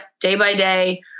day-by-day